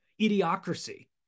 idiocracy